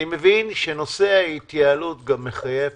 אני מבין שנושא ההתייעלות מחייב